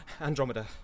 Andromeda